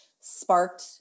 sparked